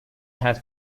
had